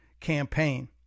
campaign